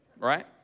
right